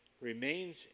remains